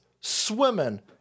swimming